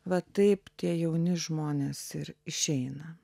va taip tie jauni žmonės ir išeina